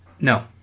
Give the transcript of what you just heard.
No